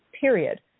period